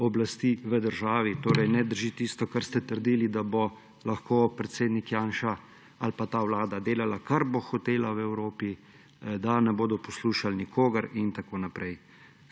oblasti v državi. Torej ne drži tisto, kar ste trdili – da bosta lahko predsednik Janša ali pa ta vlada delala, kar bosta hotela v Evropi, da ne bodo poslušali nikogar in tako naprej.